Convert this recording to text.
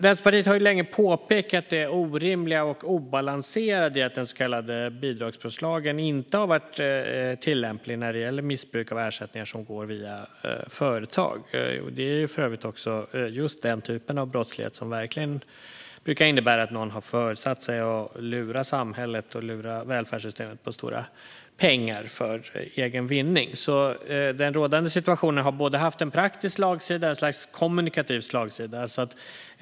Vänsterpartiet har länge påpekat det orimliga och obalanserade i att den så kallade bidragsfusklagen inte har varit tillämplig när det gäller missbruk av ersättningar som går via företag. Det är för övrigt också just den typen av brottslighet som verkligen brukar innebära att någon har föresatt sig att lura samhället och välfärdssystemet på stora pengar för egen vinning. Den rådande situationen har haft en både praktisk och ett slags kommunikativ slagsida.